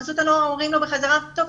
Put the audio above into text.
חסות הנוער אומרים לו בחזרה: טוב,